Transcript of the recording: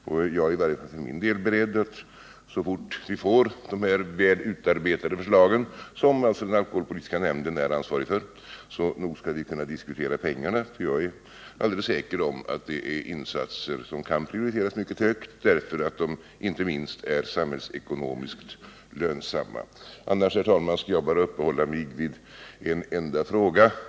Jag är i varje fall för min del beredd att, så fort vi får de här väl utarbetade förslagen, som alltså den alkoholpolitiska nämnden är ansvarig för, diskutera pengarna; jag är alldeles säker på att det gäller insatser som kan prioriteras mycket högt, inte minst därför att de är samhällsekonomiskt lönsamma. Annars, herr talman, skall jag bara uppehålla mig vid en enda fråga.